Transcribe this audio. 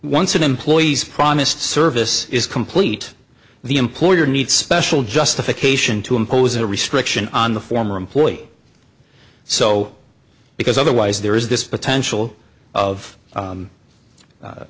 once an employee's promised service is complete the employer needs special justification to impose a restriction on the former employee so because otherwise there is this potential of